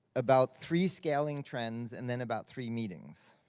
about three scaling trends, and then about three meetings.